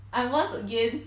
I'm once again